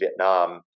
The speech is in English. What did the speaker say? Vietnam